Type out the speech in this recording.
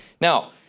now